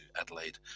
Adelaide